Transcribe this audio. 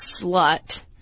slut